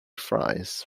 fries